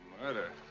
murder